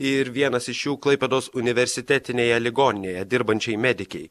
ir vienas iš jų klaipėdos universitetinėje ligoninėje dirbančiai medikei